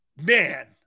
Man